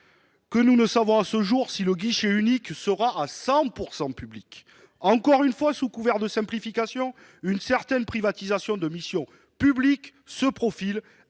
jour, nous ne savons toujours pas si le guichet unique sera à 100 % public. Encore une fois, sous couvert de simplification, une certaine privatisation des missions publiques se profile,